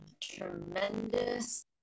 tremendous